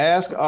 Ask